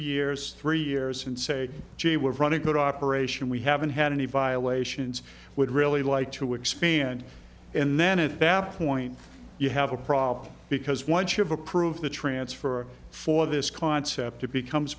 years three years and say gee we're running a good operation we haven't had any violations would really like to expand and then at that point you have a problem because once you've approved the transfer for this concept it becomes